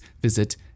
visit